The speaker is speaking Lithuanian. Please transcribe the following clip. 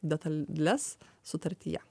detales sutartyje